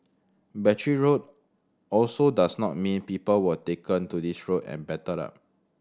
Battery Road also does not mean people were taken to this road and battered up